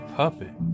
puppet